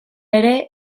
ere